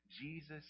Jesus